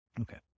Okay